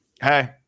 hey